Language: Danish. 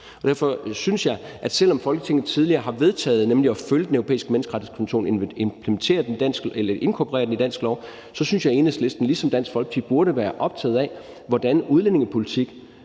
derfor synes jeg, selv om Folketinget tidligere har vedtaget at følge Den Europæiske Menneskerettighedskonvention og inkorporere den i dansk lov, at Enhedslisten ligesom Dansk Folkeparti burde være optaget af, hvordan udlændingepolitik,